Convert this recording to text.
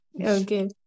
Okay